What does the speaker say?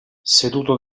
seduto